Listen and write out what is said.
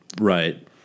Right